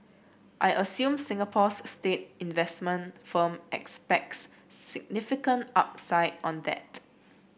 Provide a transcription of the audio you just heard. I assume Singapore's state investment firm expects significant upside on that